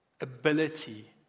ability